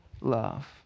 love